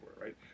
right